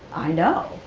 i know.